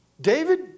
David